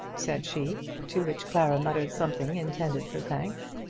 said she to which clara muttered something intended for thanks.